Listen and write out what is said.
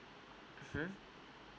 mmhmm